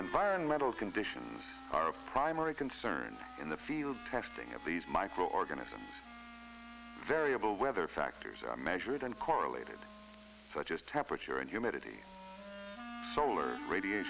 environmental conditions are of primary concern in the field testing of these microorganisms variable weather factors are measured and correlated such as temperature and humidity solar radi